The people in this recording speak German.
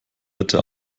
bitte